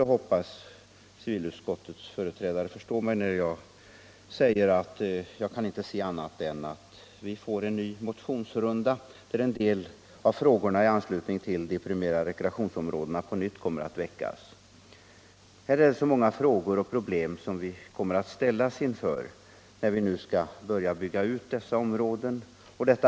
Jag hoppas att civilutskottets företrädare förstår mig när jag säger att jag inte kan se annat än att vi måste få en ny motionsrunda, där en del av frågorna i anslutning till de primära rekreationsområdena på nytt kommer att väckas. Det är många frågor och problem som vi kommer att ställas inför när vi nu skall börja bygga ut dessa områden.